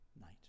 night